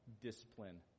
discipline